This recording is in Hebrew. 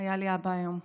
היה לי אבא היום.